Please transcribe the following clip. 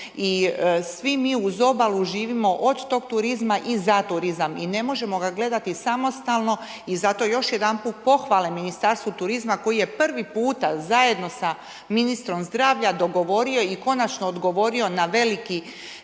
I svi mi uz obalu živimo od tog turizma i za turizam i ne možemo ga gledati samostalno i zato još jedanput pohvale Ministarstvu turizma koji je prvi puta zajedno sa ministrom zdravlja dogovorio i konačno odgovorio na veliki,